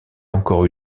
encore